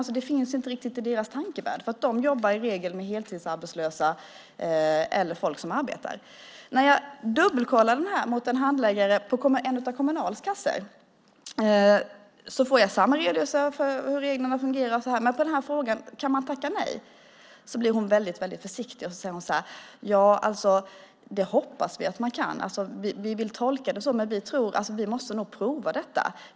Detta finns alltså inte riktigt i deras tankevärld. De jobbar i regel med heltidsarbetslösa eller folk som arbetar. När jag dubbelkollade detta med en handläggare på en av Kommunals a-kassor får jag samma redogörelse för hur reglerna fungerar. Men när jag frågar om han kan tacka nej blir hon väldigt försiktig och säger att hon hoppas att han kan göra det, alltså att man tolkar det så men att man nog måste pröva detta.